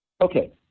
Okay